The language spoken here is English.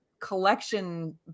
collection